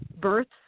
births